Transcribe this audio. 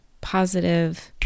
positive